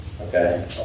okay